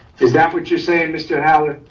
is that what you're saying, mr. holler,